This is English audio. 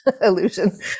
illusion